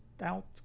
out